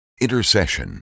intercession